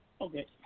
Okay